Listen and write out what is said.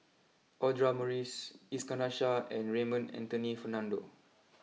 Audra Morrice Iskandar Shah and Raymond Anthony Fernando